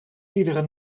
iedere